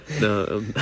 No